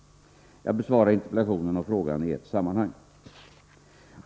Jag besvarar interpellationen och frågan i ett sammanhang.